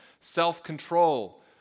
self-control